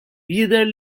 jidher